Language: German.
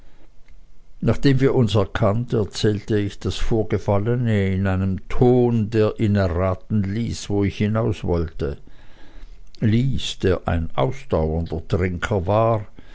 nachdem wir uns erkannt erzählte ich das vorgefallene in einem tone der ihn erraten ließ wo ich hinauswollte lys der ein ausdauernder trinker war